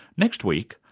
next week,